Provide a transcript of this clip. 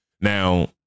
Now